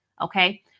Okay